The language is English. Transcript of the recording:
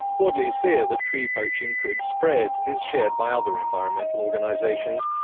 wadley's fear that tree poaching could spread is shared by other environmental organisations.